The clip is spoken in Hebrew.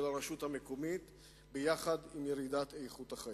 הרשות המקומית יחד עם ירידה באיכות החיים.